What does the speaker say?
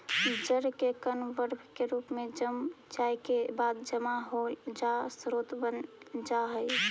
जल के कण बर्फ के रूप में जम जाए के बाद जमा होल जल स्रोत बन जा हई